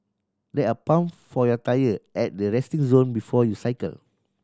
there are pump for your tyre at the resting zone before you cycle